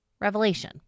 Revelation